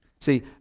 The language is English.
See